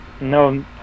no